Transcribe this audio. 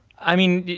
i mean,